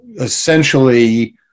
essentially